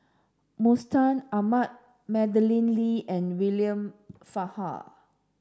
Mustaq Ahmad Madeleine Lee and William Farquhar